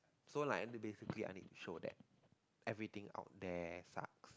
so like basically i need to show that everything out there sucks